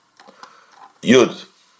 Yud